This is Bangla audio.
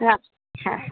রাখছি হ্যাঁ